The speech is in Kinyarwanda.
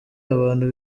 abantu